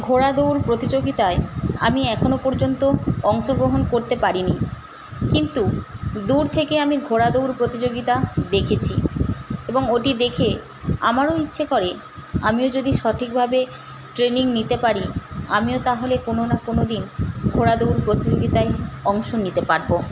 ঘোড়াদৌড় প্রতিযোগিতায় আমি এখনও পর্যন্ত অংশগ্রহণ করতে পারিনি কিন্তু দূর থেকে আমি ঘোড়াদৌড় প্রতিযোগিতা দেখেছি এবং ওটি দেখে আমারও ইচ্ছা করে আমিও যদি সঠিকভাবে ট্রেনিং নিতে পারি আমিও তাহলে কোন না কোন দিন ঘোড়া দৌড় প্রতিযোগিতায় অংশ নিতে পারবো